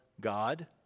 God